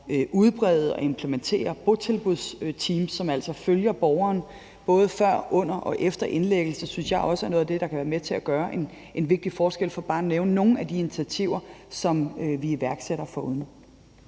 udbrede og implementere botilbudsteams, som altså følger borgeren både før, under og efter indlæggelse, synes jeg også er noget af det, der kan være med til at gøre en vigtig forskel, for bare at nævne nogle af de initiativer, som vi derudover